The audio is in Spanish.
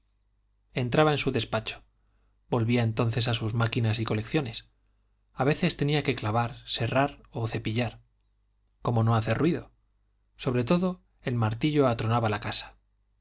entraba en su despacho volvía entonces a sus máquinas y colecciones a veces tenía que clavar serrar o cepillar cómo no hacer ruido sobre todo el martillo atronaba la casa